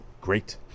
Great